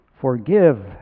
Forgive